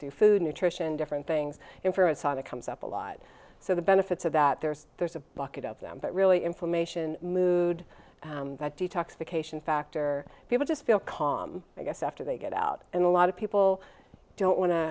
through food nutrition different things in for a sauna comes up a lot so the benefits of that there's there's a bucket of them but really information mood that detox the cation factor people just feel calm i guess after they get out and a lot of people don't want to